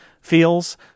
feels